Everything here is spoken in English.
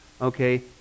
okay